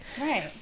right